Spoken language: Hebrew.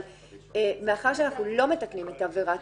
אבל מאחר שאנחנו לא מתקנים את עבירת